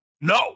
no